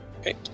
Okay